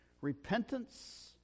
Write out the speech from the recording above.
Repentance